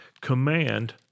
command